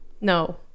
No